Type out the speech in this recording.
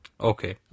Okay